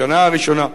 בשנה הראשונה,